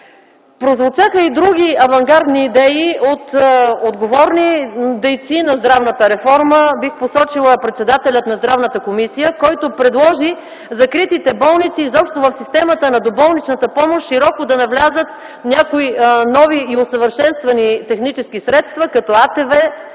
Прозвучаха и други авангардни идеи от отговорни дейци на здравната реформа. Бих посочила председателя на Здравната комисия, който предложи в закритите болници, изобщо в системата на доболничната помощ широко да навлязат някои нови и усъвършенствани технически средства, като АТВ,